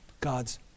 God's